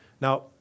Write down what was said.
Now